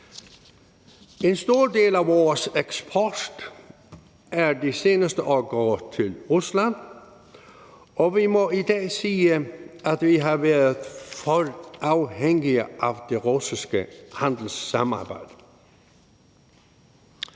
En stor del af vores eksport er de seneste år gået til Rusland, og vi må i dag sige, at vi har været for afhængige af det russiske handelssamarbejde.